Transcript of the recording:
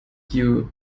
you